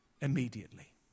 immediately